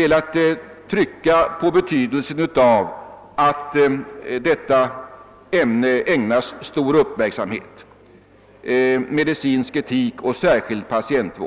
jag alltså velat trycka på betydelsen av att medicinsk etik och särskild patientvård ägnas stor uppmärksamhet.